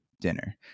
dinner